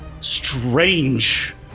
strange